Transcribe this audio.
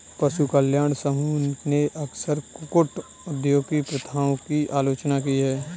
पशु कल्याण समूहों ने अक्सर कुक्कुट उद्योग की प्रथाओं की आलोचना की है